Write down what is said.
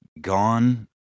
gone